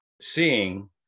seeing